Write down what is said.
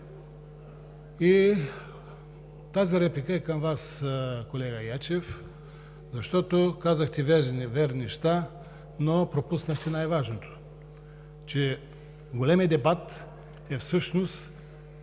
Тази реплика е към Вас, колега Ячев, защото казахте верни-неверни неща, но пропуснахте най-важното, че големият дебат е всъщност